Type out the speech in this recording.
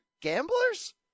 gamblers